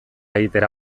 egitera